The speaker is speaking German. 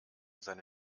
seine